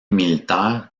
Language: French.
militaire